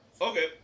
Okay